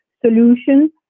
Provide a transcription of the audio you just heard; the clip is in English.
solutions